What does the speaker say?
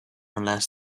unless